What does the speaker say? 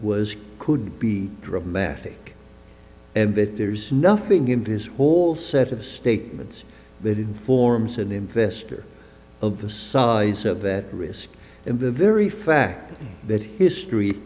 was could be dramatic and that there's nothing in this all set of statements that informs an investor of the size of that risk and the very fact that history